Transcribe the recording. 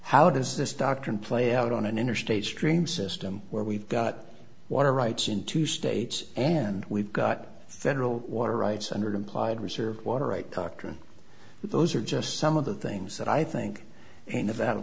how does this doctrine play out on an interstate stream system where we've got water rights in two states and we've got federal water rights under the implied reserved water right doctrine those are just some of the things that i think an ev